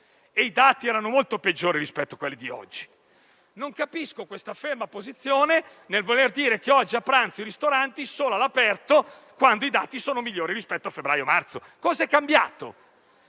e i dati erano molto peggiori rispetto a quelli di oggi. Non capisco questa ferma posizione secondo cui oggi debbano aprire solo i ristoranti che hanno spazi all'aperto quando i dati sono migliori rispetto a febbraio-marzo. Cosa è cambiato?